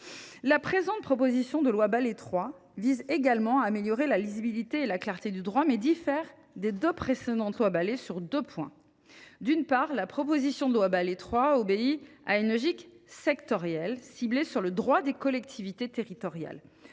La présente proposition de loi Balai III vise également à améliorer la lisibilité et la clarté du droit, mais diffère des deux précédentes lois Balai sur deux points. D’une part, la proposition de loi Balai III obéit à une logique sectorielle, ciblée sur le droit des collectivités territoriales.